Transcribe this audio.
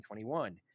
2021